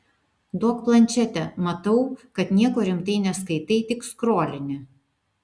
duok plančetę matau kad nieko rimtai neskaitai tik skrolini